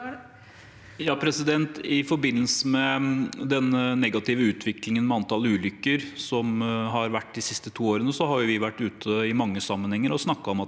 I forbindelse med den negative utviklingen med antall ulykker som har vært de siste to årene, har vi i mange sammenhenger vært ute og snakket om at